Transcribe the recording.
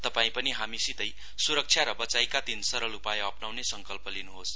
तपाई पनि हामीसितै सुरक्षा र वचाइका तीन सरल उपाय अप्नाउने संकल्प गर्नुहोस